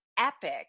epic